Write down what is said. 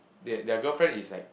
they their girlfriend is like